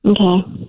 Okay